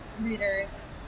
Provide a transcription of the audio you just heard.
readers